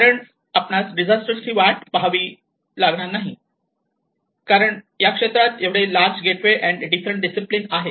कारण आपणास डिझास्टर ची वाट पहावी लागणार नाही कारण या क्षेत्रात एवढे large gateway and different discipline आहेत